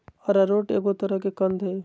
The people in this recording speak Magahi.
अरारोट एगो तरह के कंद हइ